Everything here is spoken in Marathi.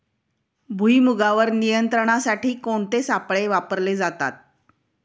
भुईमुगावर नियंत्रणासाठी कोणते सापळे वापरले जातात?